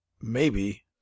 Maybe